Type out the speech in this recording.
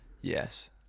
Yes